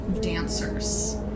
dancers